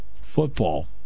Football